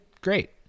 great